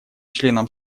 членам